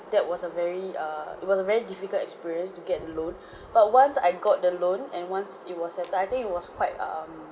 that was a very err it was a very difficult experience to get a loan but once I got the loan and once it was settled I think it was quite um